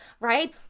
right